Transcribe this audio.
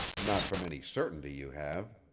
not from any certainty you have.